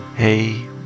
Hey